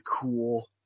cool